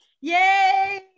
Yay